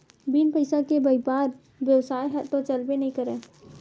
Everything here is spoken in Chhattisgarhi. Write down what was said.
बिन पइसा के बइपार बेवसाय ह तो चलबे नइ करय